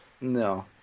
No